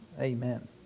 Amen